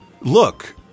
look